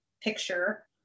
picture